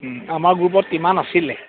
আমাৰ গ্ৰুপত কিমান আছিলে